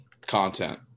Content